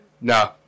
No